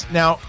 now